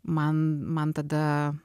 man man tada